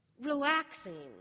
Relaxing